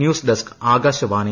news desk Akashvani